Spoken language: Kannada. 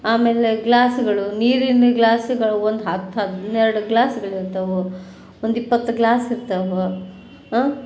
ಆಮೇಲೆ ಗ್ಲಾಸ್ಗಳು ನೀರಿನ ಗ್ಲಾಸ್ಗಳು ಒಂದು ಹತ್ತು ಹನ್ನೆರ್ಡು ಗ್ಲಾಸ್ಗಳಿರ್ತವೆ ಒಂದು ಇಪ್ಪತ್ತು ಗ್ಲಾಸ್ ಇರ್ತವೆ ಹಾಂ